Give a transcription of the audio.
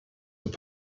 were